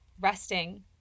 resting